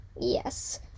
Yes